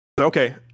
Okay